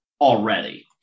already